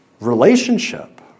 relationship